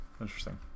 Interesting